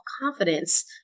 confidence